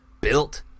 built—